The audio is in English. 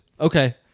Okay